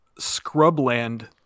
Scrubland